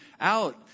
out